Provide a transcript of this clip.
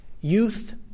youth